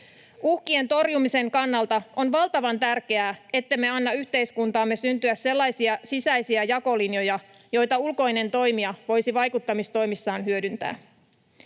Uhkien torjumisen kannalta on valtavan tärkeää, ettemme anna yhteiskuntaamme syntyä sellaisia sisäisiä jakolinjoja, joita ulkoinen toimija voisi vaikuttamistoimissaan hyödyntää.